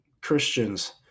Christians